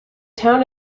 town